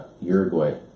Uruguay